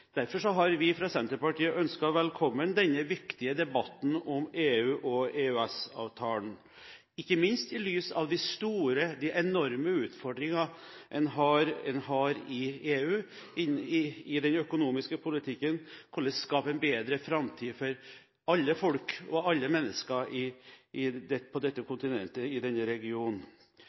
Derfor har vi fra Senterpartiet ønsket velkommen denne viktige debatten om EU og EØS-avtalen, ikke minst i lys av de store, de enorme utfordringene man har i EU i den økonomiske politikken: Hvordan skape en bedre framtid for alle folk og alle mennesker på dette kontinentet, i denne regionen?